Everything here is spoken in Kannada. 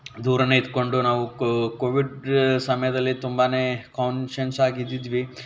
ದೂರವೇ ಇದ್ಕೊಂಡು ನಾವು ಕೋವಿಡ್ ಸಮಯದಲ್ಲಿ ತುಂಬಾ ಕಾನ್ಶಿಯನ್ಸಾಗಿ ಇದ್ವಿ